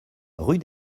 rue